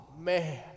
man